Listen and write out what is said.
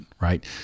right